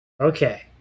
Okay